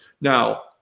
Now